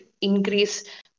increase